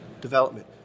development